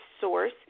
source